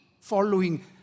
following